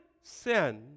sin